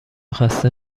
خسته